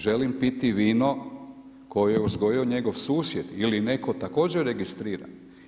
Želim piti vino koje je uzgojio njegov susjed ili netko također registriran.